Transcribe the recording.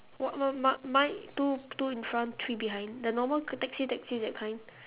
what what mine mine two two in front three behind the normal k~ taxi taxi that kind